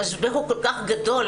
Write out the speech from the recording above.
המשבר הוא כל כך גדול,